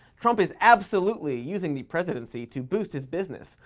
trump is absolutely using the presidency to boost his business,